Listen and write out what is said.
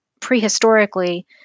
prehistorically